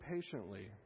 patiently